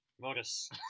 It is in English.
Modus